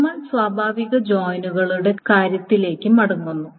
നമ്മൾ സ്വാഭാവിക ജോയിനുകളുടെ കാര്യത്തിലേക്ക് മടങ്ങുന്നു